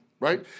Right